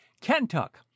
Kentuck